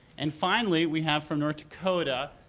and finally we have from north dakota